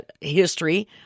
history